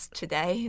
today